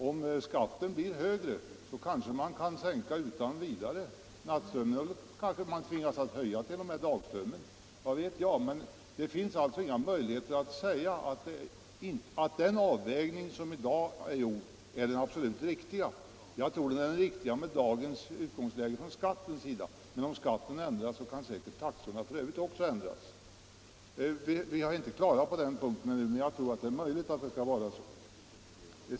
Om skatten blir högre, kanske man kan sänka nattströmspriset eller höja dagströmspriset, vad vet jag. Det finns alltså inga möjligheter att säga att den avvägning som i dag är gjord är den absolut riktiga. Jag tror den är riktig med dagens utgångsläge, men om skatten ändras, kan säkert också taxorna ändras. Vi är inte klara på den punkten ännu, men det är möjligt att det skall vara så.